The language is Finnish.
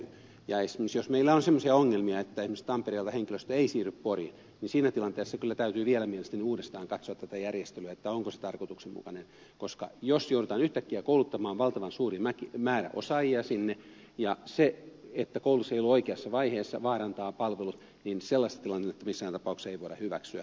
ja jos meillä on esimerkiksi semmoisia ongelmia että esimerkiksi tampereelta henkilöstö ei siirry poriin niin siinä tilanteessa kyllä täytyy mielestäni vielä uudestaan katsoa tätä järjestelyä onko se tarkoituksenmukainen koska jos joudutaan yhtäkkiä kouluttamaan valtavan suuri määrä osaajia sinne ja se että koulutus ei ole oikeassa vaiheessa vaarantaa palvelut sellaista tilannetta ei voida missään tapauksessa hyväksyä